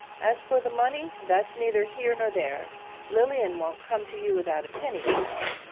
as for the money, that's neither here nor there lilian won't come to you without a penny, you know.